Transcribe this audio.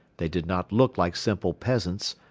they did not look like simple peasants,